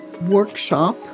workshop